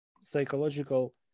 psychological